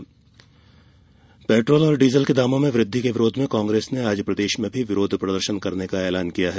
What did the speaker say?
कांग्रेस प्रदर्शन पेट्रोल और डीजल के दामों में वृद्धि के विरोध में कांग्रेस ने आज प्रदेश में भी विरोध प्रदर्शन करने का ऐलान किया है